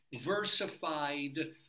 versified